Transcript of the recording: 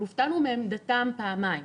הופתענו מעמדתם פעמיים: